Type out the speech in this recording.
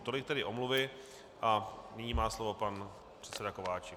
Tolik tedy omluvy a nyní má slovo pan předseda Kováčik.